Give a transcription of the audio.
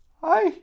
Hi